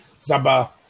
Zaba